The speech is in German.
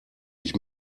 ich